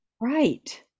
right